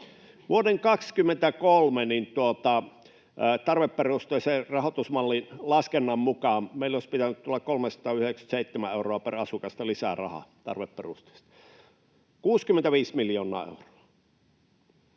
Vuoden 23 tarveperusteisen rahoitusmallin laskennan mukaan meille olisi pitänyt tulla 397 euroa per asukas lisää rahaa tarveperusteisesti, 65 miljoonaa euroa,